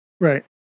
Right